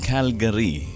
Calgary